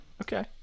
Okay